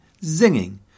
zinging